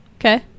Okay